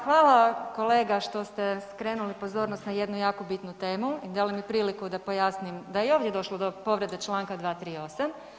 Hvala kolega što ste skrenuli pozornost na jednu jako bitnu temu i dali mi priliku da pojasnim da je i ovdje došlo do povrede čl. 238.